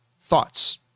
thoughts